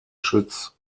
schütz